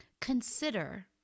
Consider